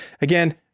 Again